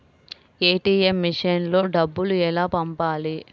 ATM మెషిన్లో డబ్బులు ఎలా పంపాలి?